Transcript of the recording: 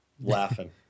Laughing